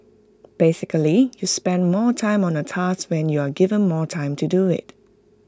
basically you spend more time on A task when you are given more time to do IT